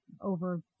over